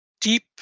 deep